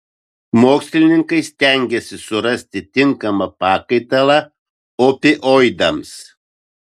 mokslininkai stengiasi surasti tinkamą pakaitalą opioidams